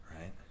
right